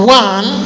one